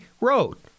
wrote